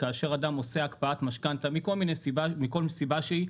כאשר אדם עושה הקפאת משכנתא מכל סיבה שהיא,